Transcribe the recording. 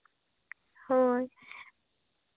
ᱦᱳᱭ